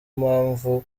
mpamvu